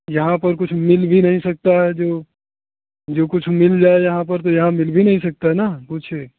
यहाँ पर कुछ मिल भी नहीं सकता है जो जो कुछ मिल जायेगा यहाँ पर तो यहाँ मिल भी नहीं सकता है ना कुछ